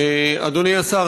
אדוני השר,